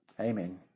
Amen